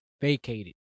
Vacated